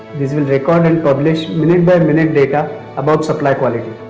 these will record and publish minute-by-minute data about supply quality.